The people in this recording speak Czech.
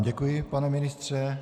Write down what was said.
Děkuji vám, pane ministře.